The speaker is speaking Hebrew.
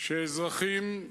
שאזרחים,